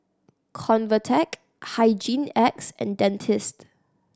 Convatec Hygin X and Dentiste